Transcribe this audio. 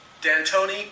D'Antoni